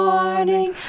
Morning